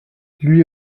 lui